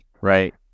right